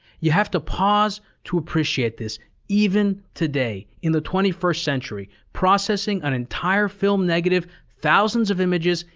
you have to pause to appreciate this even today, in the twenty first century. processing an entire film negative, thousands of images,